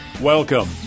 Welcome